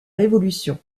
révolution